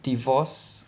divorce